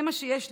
זה מה שיש לי,